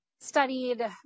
studied